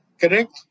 Correct